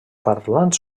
parlants